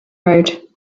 road